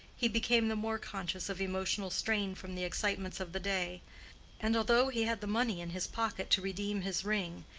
he became the more conscious of emotional strain from the excitements of the day and although he had the money in his pocket to redeem his ring,